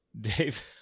Dave